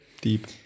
Deep